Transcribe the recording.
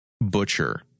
Butcher